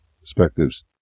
perspectives